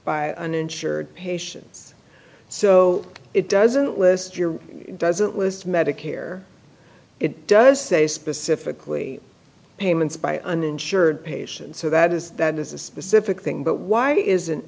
by uninsured patients so it doesn't list your doesn't list medicare it does say specifically payments by uninsured patients so that is that is a specific thing but why isn't